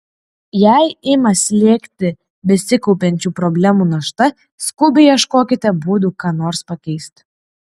jei ima slėgti besikaupiančių problemų našta skubiai ieškokite būdų ką nors pakeisti